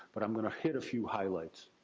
but i'm going to hit a few highlights